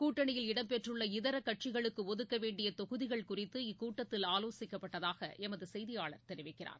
கூட்டணியில் இடம்பெறுள்ள இதர கட்சிகளுக்கு ஒதுக்க வேண்டிய தொகுதிகள் குறித்து இக்கூட்டத்தில் ஆலோசிக்கப்பட்டதாக எமது செய்தியாளர் தெரிவிக்கிறார்